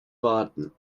warten